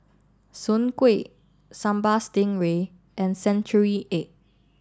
Soon Kuih Sambal Stingray and Century Egg